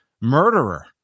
murderer